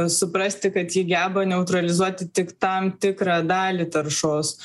suprasti kad ji geba neutralizuoti tik tam tikrą dalį taršos